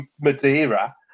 Madeira